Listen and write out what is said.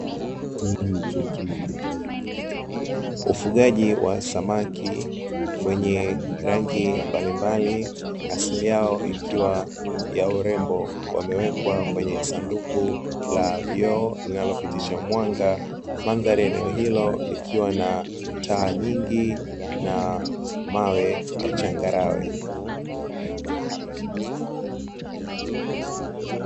Ufugaji wa samaki wenye rangi mbalimbali asili yao ikiwa ya urembo, wamewekwa kwenye sanduku la vioo linalopitisha mwanga, mandhari ya eneo hilo likiwa na taa nyingi na mawe ya changarawe.